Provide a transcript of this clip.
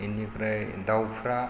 बेनिफ्राय दाउफ्रा